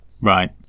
Right